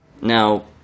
Now